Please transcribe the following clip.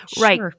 Right